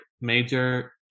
major